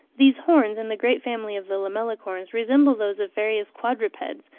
these horns, in the great family of the lamellicorns, resemble those of various quadrupeds,